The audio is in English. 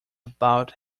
about